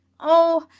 oh,